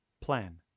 Plan